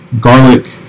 garlic